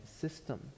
system